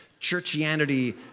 churchianity